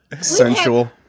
Sensual